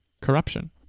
corruption